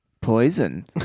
poison